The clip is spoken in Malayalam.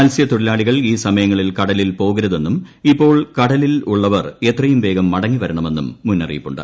മത്സൃതൊഴിലാളികൾ ഈ സമയങ്ങളിൽ കടലിൽ പോകരുതെന്നും ഇപ്പോൾ കടലിലുള്ളവർ എത്രയും വേഗം മടങ്ങിവരണമെന്നും മുന്നറിയിപ്പുണ്ട്